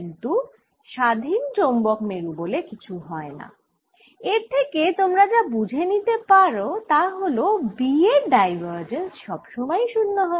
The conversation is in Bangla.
কিন্তু স্বাধীন চৌম্বক মেরু বলে কিছু হয়না এর থেকে তোমরা যা বুঝে নিতে পারো তা হল B এর ডাইভের্জেন্স সব সময়ই 0 হয়